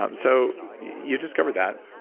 um so you discovered that.